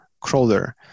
crawler